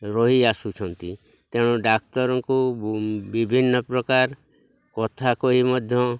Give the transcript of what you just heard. ରହି ଆସୁଛନ୍ତି ତେଣୁ ଡାକ୍ତରଙ୍କୁ ବିଭିନ୍ନ ପ୍ରକାର କଥା କହି ମଧ୍ୟ